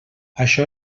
això